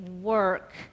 work